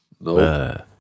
No